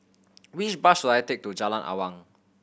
which bus should I take to Jalan Awang